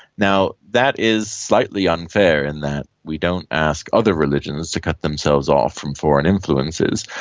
now, that is slightly unfair in that we don't ask other religions to cut themselves off from foreign influences,